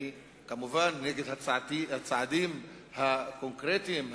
אני כמובן נגד הצעדים הקונקרטיים,